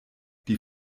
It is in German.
die